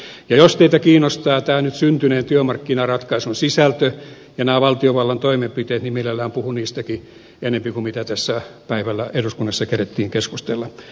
ja jos teitä kiinnostaa tämän nyt syntyneen työmarkkinaratkaisun sisältö ja nämä valtiovallan toimenpiteet niin mielellään puhun niistäkin enemmän kuin mitä tässä päivällä eduskunnassa kerettiin keskustella